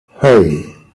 hey